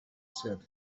said